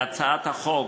להצעת החוק,